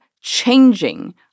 changing